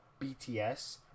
BTS